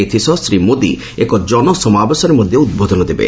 ଏଥିସହ ଶ୍ରୀ ମୋଦି ଏକ ଜନସମାବେଶରେ ମଧ୍ୟ ଉଦ୍ବୋଧନ ଦେବେ